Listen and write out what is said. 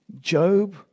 Job